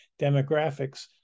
demographics